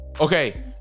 okay